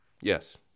Yes